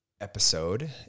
episode